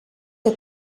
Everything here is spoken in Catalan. que